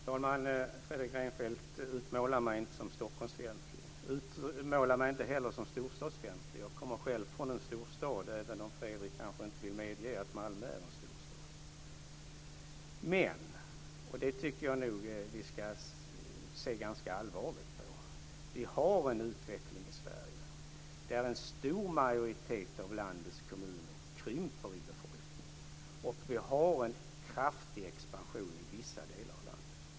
Fru talman! Fredrik Reinfeldt, utmåla mig inte som Stockholmsfientlig! Utmåla mig inte heller som storstadsfientlig! Jag kommer själv från en storstad, även om Fredrik kanske inte vill medge att Malmö är en storstad. Men, och det tycker jag nog att vi ska se ganska allvarligt på, vi har en utveckling i Sverige där en stor majoritet av landets kommuner krymper i befolkning medan vissa delar av landet har en kraftig expansion.